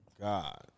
God